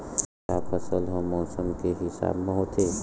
का फसल ह मौसम के हिसाब म होथे?